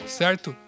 certo